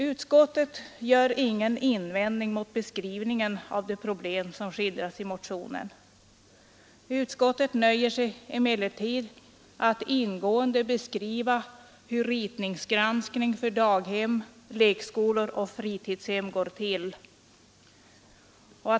Utskottet gör ingen invändning mot den skildring av problemen som ges i motionen. Utskottet nöjer sig emellertid med att ingående beskriva hur ritningsgranskning för daghem, lekskolor och fritidshem går till.